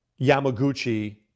Yamaguchi